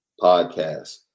podcast